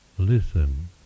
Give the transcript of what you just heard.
listen